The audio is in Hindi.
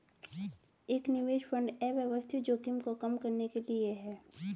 एक निवेश फंड अव्यवस्थित जोखिम को कम करने के लिए है